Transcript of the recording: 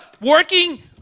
working